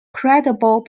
credible